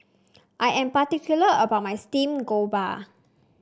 I am particular about my Steamed Garoupa